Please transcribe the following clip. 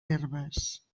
herbes